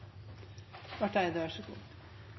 kvart. Det er i så